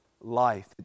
life